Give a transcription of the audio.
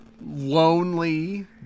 lonely